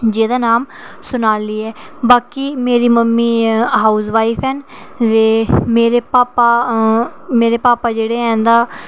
जेह्दा नाम सोनाली ऐ बाकी मेरी मम्मी हाऊसवाईफ ऐ ते मेरे भापा आं मेरे भापा जेह्ड़े हैन तां